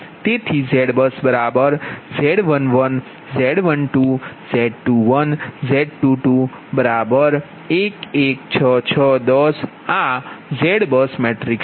તેથી ZBUSZ11 Z12 Z21 Z22 11 6 6 10 આ ZBUS matrix છે